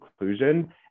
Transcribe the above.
inclusion